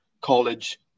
college